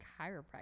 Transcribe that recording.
chiropractor